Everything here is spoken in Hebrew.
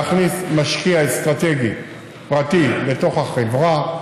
להכניס משקיע אסטרטגי פרטי לתוך החברה,